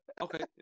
Okay